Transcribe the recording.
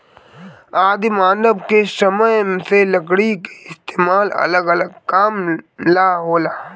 आदि मानव के समय से लकड़ी के इस्तेमाल अलग अलग काम ला होला